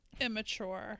immature